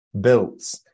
built